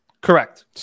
Correct